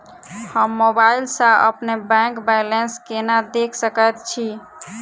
हम मोबाइल सा अपने बैंक बैलेंस केना देख सकैत छी?